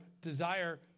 desire